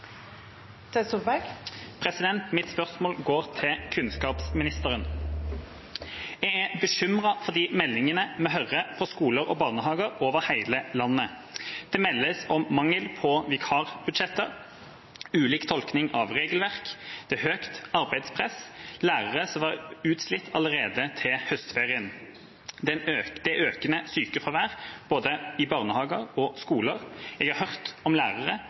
Mitt spørsmål går til kunnskapsministeren. Jeg er bekymret for de meldingene vi hører på skoler og i barnehager over hele landet. Det meldes om mangel på vikarbudsjetter, ulik tolkning av regelverk, økt arbeidspress og lærere som var utslitt allerede til høstferien. Det er økende sykefravær i både barnehager og skoler. Jeg har hørt om lærere